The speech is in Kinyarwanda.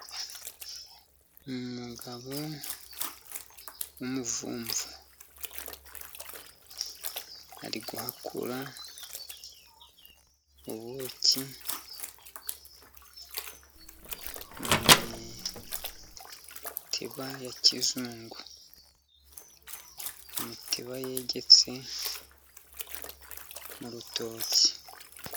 Umugabo w'umuvumvu. ari guhakura ubuki mu mitiba ya kizungu. Imitiba yegetse mu rutoki